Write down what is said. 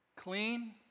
Clean